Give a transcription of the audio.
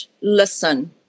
listen